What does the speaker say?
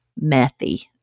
Methy